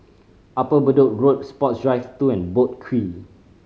Upper Bedok Road Sports Drive Two and Boat Quay